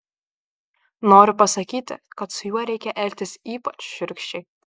noriu pasakyti kad su juo reikia elgtis ypač šiurkščiai